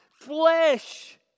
flesh